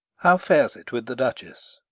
how fares it with the duchess?